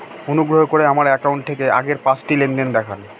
অনুগ্রহ করে আমার অ্যাকাউন্ট থেকে আগের পাঁচটি লেনদেন দেখান